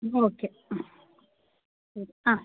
okay ആ ആ